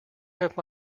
have